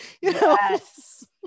Yes